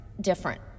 Different